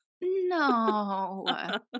No